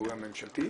הציבורי הממשלתי.